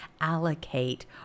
allocate